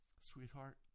sweetheart